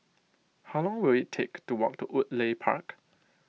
how long will it take to walk to Woodleigh Park